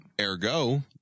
ergo